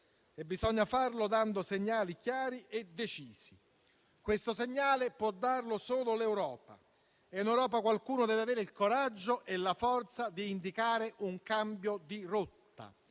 bisogna farlo dando segnali chiari e decisi. Questo segnale può darlo solo l'Europa e in Europa qualcuno deve avere il coraggio e la forza di indicare un cambio di rotta.